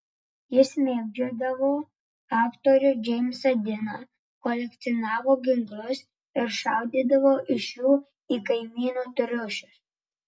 jis mėgdžiodavo aktorių džeimsą diną kolekcionavo ginklus ir šaudydavo iš jų į kaimynų triušius